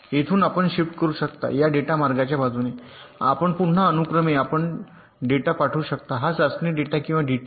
येथून आपण शिफ्ट करू शकता या डेटा मार्गाच्या बाजूने आपण पुन्हा अनुक्रमे आपण डेटा पाठवू शकता हा चाचणी डेटा किंवा टीडीओ